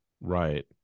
right